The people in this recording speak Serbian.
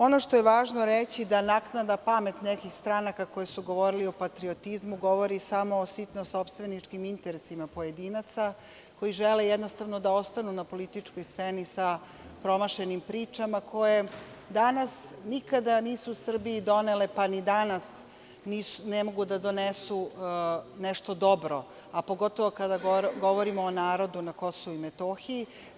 Ono što je važno reći da naknadna pamet nekih stranaka koje su govorile o patriotizmu, govori o samo sitno sopstveničkim interesima pojedinaca koji žele jednostavno da ostanu na političkoj sceni sa promašenim pričama koje danas nikada u Srbiji nisu donele, pa ni danas, ne mogu da donesu nešto dobro, a pogotovo kada govorimo o narodu na Kosovu i Metohiji.